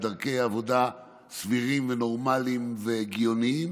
דרכי עבודה סבירות ונורמליות והגיוניות,